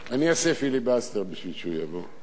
אני אעשה פיליבסטר בשביל שהוא יבוא.